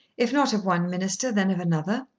if not of one minister, then of another?